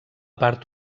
part